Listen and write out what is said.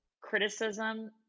criticism